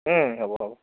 হ'ব হ'ব